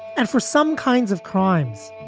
and for some kinds of crimes,